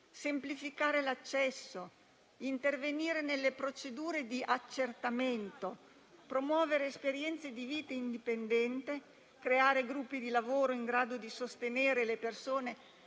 semplificare l'accesso; intervenire nelle procedure di accertamento; promuovere esperienze di vita indipendente; creare gruppi di lavoro in grado di sostenere le persone